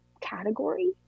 category